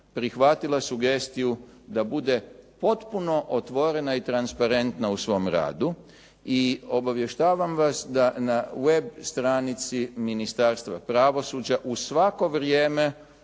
prihvatila sugestiju da bude potpuno otvorena i transparentna u svom radu. I obavještavam vas da na web stranici Ministarstva pravosuđa u svako vrijeme